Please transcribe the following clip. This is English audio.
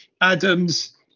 Adams